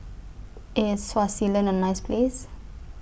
IS Swaziland A nice Place